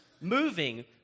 moving